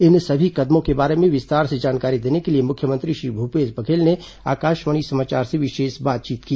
इन सभी कदमों के बारे में विस्तार से जानकारी देने के लिए मुख्यमंत्री श्री भूपेश बघेल ने आकाशवाणी समाचार से विशेष बातचीत की